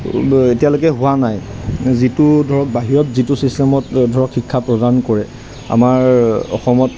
এতিয়ালৈকে হোৱা নাই যিটো ধৰক বাহিৰত যিটো ছিষ্টেমত ধৰক শিক্ষা প্ৰদান কৰে আমাৰ অসমত